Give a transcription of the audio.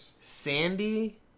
Sandy